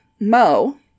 Mo